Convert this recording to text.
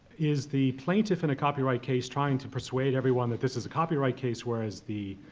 is the plaintiff in a copyright case trying to persuade everyone that this is a copyright case, whereas the,